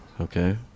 okay